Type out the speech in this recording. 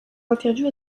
interview